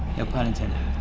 no pun intended.